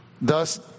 thus